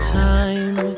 time